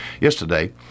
Yesterday